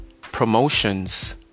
promotions